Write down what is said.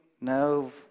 no